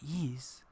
ease